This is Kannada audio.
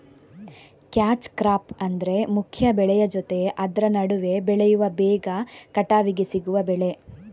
ಕ್ಯಾಚ್ ಕ್ರಾಪ್ ಅಂದ್ರೆ ಮುಖ್ಯ ಬೆಳೆಯ ಜೊತೆ ಆದ್ರ ನಡುವೆ ಬೆಳೆಯುವ ಬೇಗ ಕಟಾವಿಗೆ ಸಿಗುವ ಬೆಳೆ